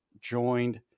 joined